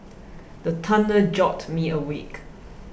the thunder jolt me awake